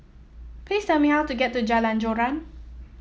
please tell me how to get to Jalan Joran